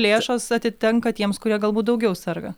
lėšos atitenka tiems kurie galbūt daugiau serga